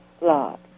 lot